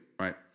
right